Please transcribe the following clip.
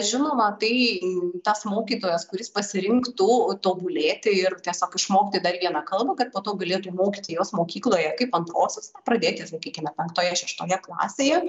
žinoma tai tas mokytojas kuris pasirinktų tobulėti ir tiesiog išmokti dar vieną kalbą kad patobulėtų mokyti jos mokykloje kaip antrosios pradėti sakykime penktoje šeštoje klasėje